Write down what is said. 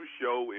show